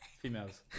females